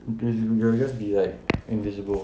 as in it will just be like invisible